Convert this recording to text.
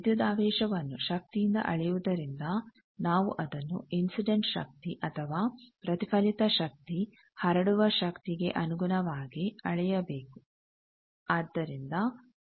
ವಿದ್ಯುದಾವೇಶವನ್ನು ಶಕ್ತಿಯಿಂದ ಅಳೆಯುವುದರಿಂದ ನಾವು ಅದನ್ನು ಇನ್ಸಿಡೆಂಟ್ ಶಕ್ತಿ ಅಥವಾ ಪ್ರತಿಫಲಿತ ಶಕ್ತಿ ಹರಡುವ ಶಕ್ತಿ ಗೆ ಅನುಗುಣವಾಗಿ ಅಳೆಯಬೇಕು